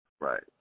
Right